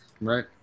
Right